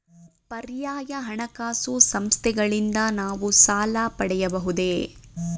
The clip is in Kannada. ಪರ್ಯಾಯ ಹಣಕಾಸು ಸಂಸ್ಥೆಗಳಿಂದ ನಾವು ಸಾಲ ಪಡೆಯಬಹುದೇ?